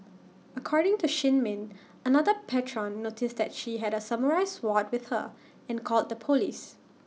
according to shin min another patron noticed that she had A samurai sword with her and called the Police